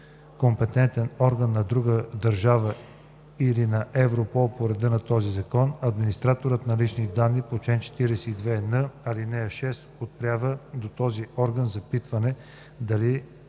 компетентен орган на друга държава или на Европол по реда на този закон, администраторът на лични данни по чл. 42н, ал. 6 отправя до този орган запитване дали